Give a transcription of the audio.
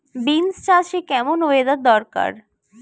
Beans চাষে কেমন weather দরকার?